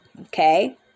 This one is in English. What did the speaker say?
okay